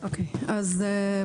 בבקשה.